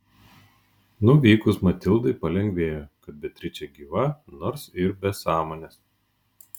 nuvykus matildai palengvėjo kad beatričė gyva nors ir be sąmonės